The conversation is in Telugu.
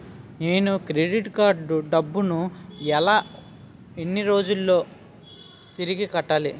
నేను క్రెడిట్ కార్డ్ డబ్బును ఎన్ని రోజుల్లో తిరిగి కట్టాలి?